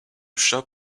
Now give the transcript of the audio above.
chat